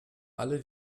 alle